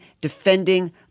defending